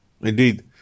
Indeed